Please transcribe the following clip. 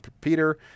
Peter